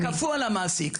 כאן כפו על המעסיק.